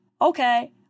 okay